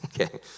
okay